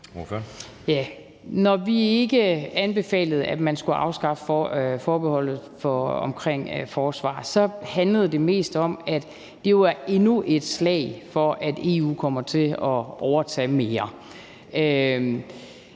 Når vi ikke anbefalede, at man skulle afskaffe forbeholdet omkring forsvaret, handlede det mest om, at det jo er endnu et slag for, at EU kommer til at overtage mere.